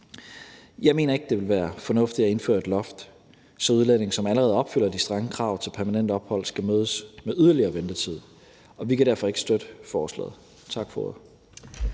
Jeg mener ikke, at det vil være fornuftigt at indføre et loft, så udlændinge, som allerede opfylder de strenge krav til permanent ophold, skal mødes med yderligere ventetid, og vi kan derfor ikke støtte forslaget. Tak for